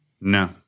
no